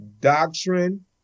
doctrine